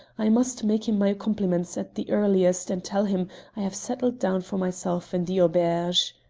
i must make him my compliments at the earliest and tell him i have settled down for myself in the auberge.